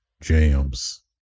jams